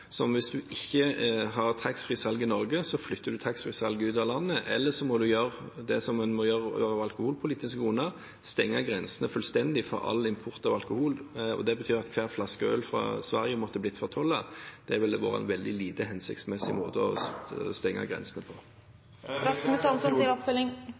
hvis en ikke har taxfree-salg i Norge, flytter en taxfree-salget ut av landet, eller så må en gjøre det som en gjør av alkoholpolitiske grunner: stenge grensene fullstendig for all import av alkohol, og det vil bety at hver flaske øl fra Sverige måtte bli fortollet. Det ville vært en veldig lite hensiktsmessig måte å stenge grensene på.